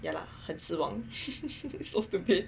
ya lah 很失望 so stupid